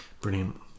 brilliant